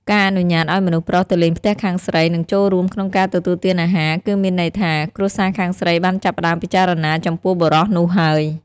ការអនុញ្ញាតឲ្យមនុស្សប្រុសទៅលេងផ្ទះខាងស្រី និងចូលរួមក្នុងការទទួលទានអាហារ គឺមានន័យថា គ្រួសារខាងស្រីបានចាប់ផ្តើមពិចារណាចំពោះបុរសនោះហើយ។